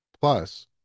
Plus